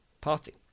Party